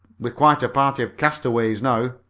we're quite a party of castaways now.